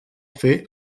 fer